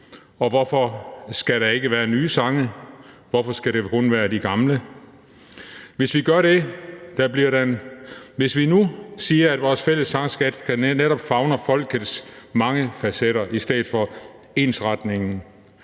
Og hvorfor skal der ikke være nye sange? Hvorfor skal det kun være de gamle? Hvis vi nu siger, at vores fælles sangskat netop skal favne folkets mange facetter i stedet for ensretningen,